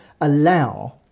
allow